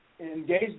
engage